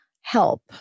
help